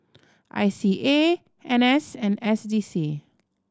I C A N S and S D C